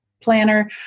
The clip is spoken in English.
planner